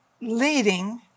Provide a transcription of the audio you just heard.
leading